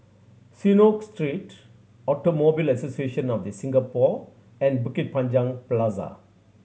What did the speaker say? Synagogue Street Automobile Association of The Singapore and Bukit Panjang Plaza